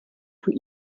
von